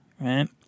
Right